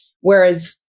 whereas